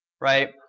right